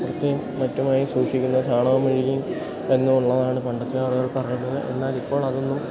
വൃത്തിയും മറ്റുമായി സൂക്ഷിക്കുന്ന ചാണകമെഴുകിയും എന്നുള്ളതാണ് പണ്ടത്തെ ആളുകൾ പറയുന്നത് എന്നാൽ ഇപ്പോൾ അതൊന്നും